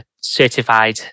Certified